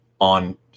on